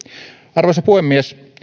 arvoisa puhemies